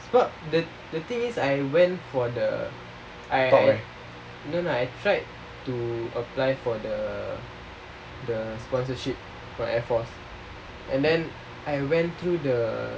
talk eh